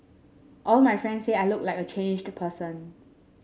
all my friend say I look like a changed person